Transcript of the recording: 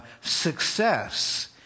success